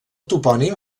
topònim